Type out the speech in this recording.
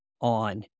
on